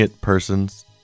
persons